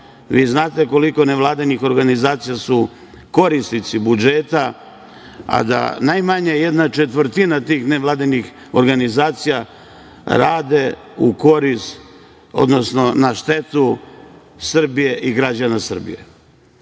Vi znate koliko nevladinih organizacija su korisnici budžeta, a da najmanje jedna četvrtina tih nevladinih organizacija rade u korist, odnosno na štetu Srbije i građana Srbije.